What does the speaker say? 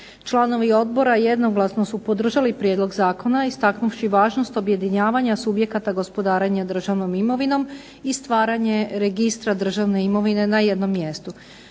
Članovi odbora jednoglasno su podržali prijedlog zakona istaknuvši važnost objedinjavanja subjekata gospodarenja državnom imovinom i stvaranje registra državne imovine na jednom mjestu.